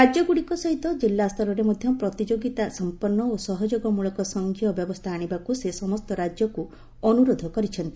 ରାଜ୍ୟଗୁଡ଼ିକ ସହିତ କିଲ୍ଲାସ୍ତରରେ ମଧ୍ୟ ପ୍ରତିଯୋଗିତା ସମ୍ପନ୍ନ ଓ ସହଯୋଗ ମୂଳକ ସଂଘୀୟ ବ୍ୟବସ୍ଥା ଆଶିବାକୁ ସେ ସମସ୍ତ ରାଜ୍ୟକୁ ଅନୁରୋଧ କରିଛନ୍ତି